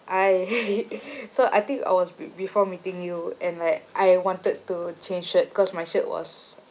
I so I think I was be~ before meeting you and like I wanted to change shirt cause my shirt was